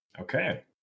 Okay